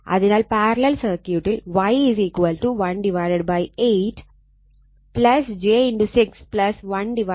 അതിനാൽ പാരലൽ സർക്യൂട്ടിൽ Y18 j 6 18